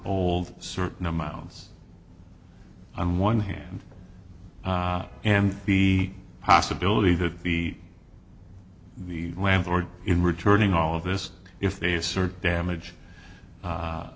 old certain amounts on one hand and the possibility to be the landlord in returning all of this if they assert damage